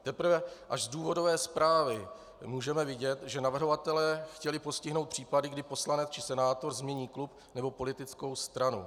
Teprve až z důvodové zprávy můžeme vidět, že navrhovatelé chtěli postihnout případy, kdy poslanec či senátor změní klub nebo politickou stranu.